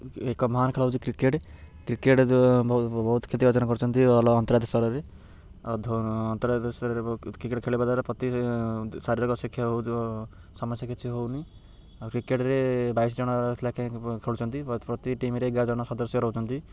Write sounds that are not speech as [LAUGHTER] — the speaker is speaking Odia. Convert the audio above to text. ଏକ ମହାନ୍ ଖେଳ ହେଉଛି କ୍ରିକେଟ୍ କ୍ରିକେଟ୍ ବହୁତ କ୍ଷତି ଅର୍ଜନ କରୁଛନ୍ତି ଭଲ ଅନ୍ତର୍ଦଶରେ ଆଉ ଅନ୍ତର୍ଦଶରେ କ୍ରିକେଟ୍ ଖେଳିବା ଦ୍ୱାରା ପ୍ରତି ଶାରୀରିକ ଶିକ୍ଷା ହଉ ସମସ୍ୟା କିଛି ହଉନି ଆଉ କ୍ରିକେଟ୍ରେ ବାଇଶି ଜଣ [UNINTELLIGIBLE] ଖେଳୁଛନ୍ତି ପ୍ରତି ଟିମ୍ରେ ଏଗାର ଜଣ ସଦସ୍ୟ ରହୁଛନ୍ତି